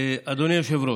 אדוני היושב-ראש,